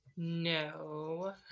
No